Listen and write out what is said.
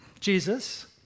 Jesus